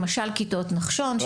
למשל כיתות נחשון.